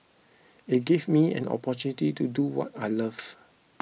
it gave me an opportunity to do what I love